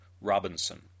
Robinson